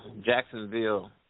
Jacksonville